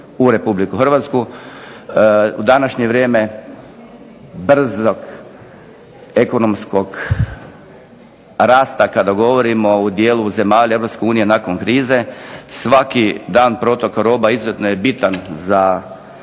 U današnje vrijeme brzog ekonomskog rasta kada govorimo o dijelu zemalja Europske unije nakon krize svaki dan protok roba izuzetno je bitan za